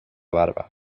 barba